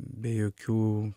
be jokių